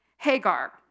Hagar